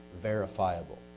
verifiable